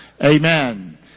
Amen